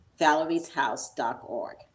Valerie'sHouse.org